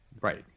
right